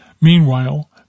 Meanwhile